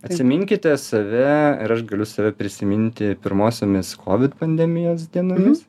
atsiminkite save ir aš galiu save prisiminti pirmosiomis kovid pandemijos dienomis